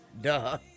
Duh